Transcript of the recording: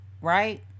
right